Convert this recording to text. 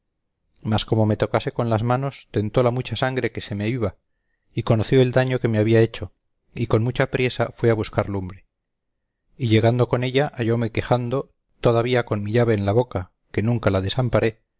mas como me tocase con las manos tentó la mucha sangre que se me iba y conoció el daño que me había hecho y con mucha priesa fue a buscar lumbre y llegando con ella hallóme quejando todavía con mi llave en la boca que nunca la desamparé